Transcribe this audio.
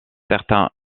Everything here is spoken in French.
certains